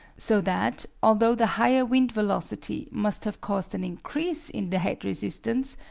so that, although the higher wind velocity must have caused an increase in the head resistance,